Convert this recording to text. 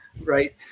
right